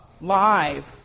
Live